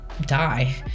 die